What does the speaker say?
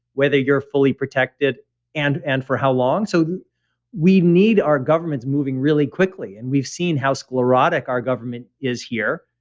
whether you're fully protected and and for how long. so we need our governments moving really quickly, and we've seen how sclerotic our government is here.